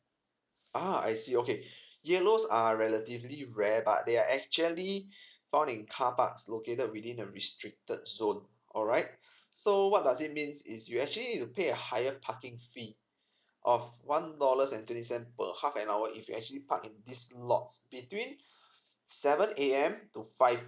uh I see okay yellows are relatively rare but they are actually found in carparks located within the restricted zone alright so what does it means is you actually need to pay a higher parking fee of one dollars and twenty cents per half an hour if you actually parking these lots between seven A_M to five